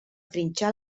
trinxar